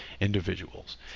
individuals